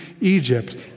Egypt